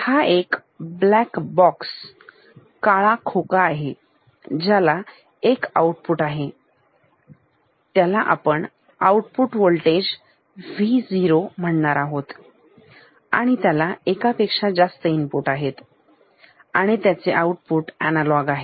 हा एक black box काळा खोका आहे ज्याला एक आउटपुट आहे त्याला आपण आउटपुट होल्टेज Vo म्हणणार आहोत त्याला एकापेक्षा जास्त इनपुट आहेत आणि त्याचे आउटपुट अनालॉग आहे